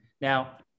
Now